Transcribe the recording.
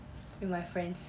with my friends